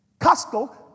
Costco